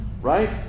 right